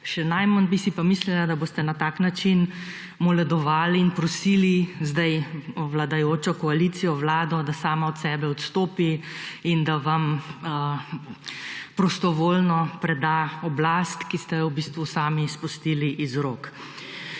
Še najmanj bi si pa mislila, da boste na tak način moledovali in prosili zdaj vladajočo koalicijo, vlado, da sama od sebe odstopi in da vam prostovoljno preda oblast, ki ste jo v bistvu sami izpustili iz rok.